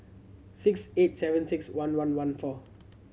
six eight seven six one one one four